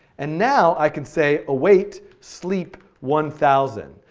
and now i can say await, sleep, one thousand.